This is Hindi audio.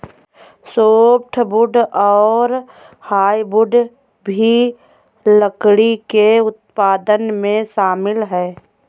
सोफ़्टवुड और हार्डवुड भी लकड़ी के उत्पादन में शामिल है